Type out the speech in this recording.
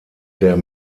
der